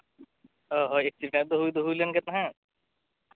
ᱦᱳᱭ ᱫᱚ ᱦᱩᱭ ᱫᱚ ᱦᱩᱭ ᱞᱮᱱ ᱛᱟᱦᱮᱸᱫ